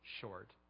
short